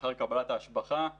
לאחר קבלת ההשבחה והתועלות,